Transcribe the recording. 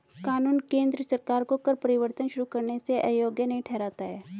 कानून केंद्र सरकार को कर परिवर्तन शुरू करने से अयोग्य नहीं ठहराता है